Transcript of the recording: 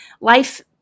life